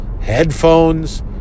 headphones